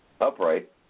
upright